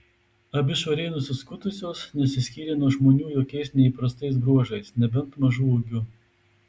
abi švariai nusiskutusios nesiskyrė nuo žmonių jokiais neįprastais bruožais nebent mažu ūgiu